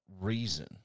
reason